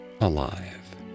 alive